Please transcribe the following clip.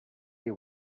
you